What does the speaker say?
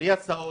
בלי הסעות,